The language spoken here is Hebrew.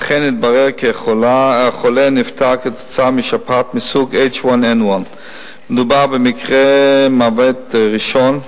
אכן התברר כי החולה נפטר משפעת מסוג H1N1. מדובר במקרה מוות ראשון,